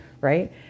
Right